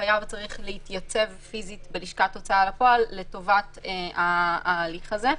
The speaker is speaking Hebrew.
החייב צריך להתייצב פיזית בלשכת הוצאה לפועל לטובת ההליך הזה.